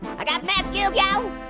i got mad skills, yo.